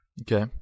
Okay